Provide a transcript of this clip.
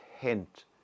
hint